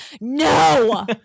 No